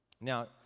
Now